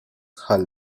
hull